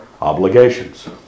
obligations